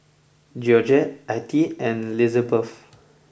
Georgette Attie and Lizabeth